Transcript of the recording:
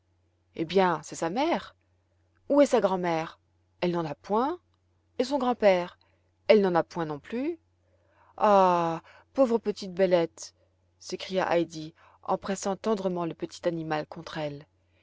eh bien c'est sa mère où est sa grand'mère elle n'en a point et son grand-père elle n'en a point non plus ah pauvre petite bellette s'écria heidi en pressant tendrement le petit animal contre elle